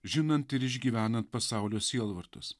žinant ir išgyvenant pasaulio sielvartus